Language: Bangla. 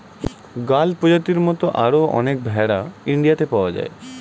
গাড়ল প্রজাতির মত আরো অনেক ভেড়া ইন্ডিয়াতে পাওয়া যায়